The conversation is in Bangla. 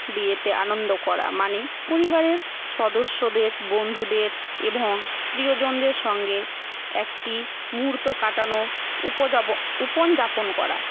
বিয়েতে আনন্দ করা মানে পরিবারের সদস্যদের বন্ধুদের এবং প্রিয়জনদের সঙ্গে একটি মুহূর্ত কাটানোর উপজব উপন যাপন করা